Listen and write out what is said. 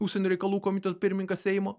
užsienio reikalų komiteto pirmininkas seimo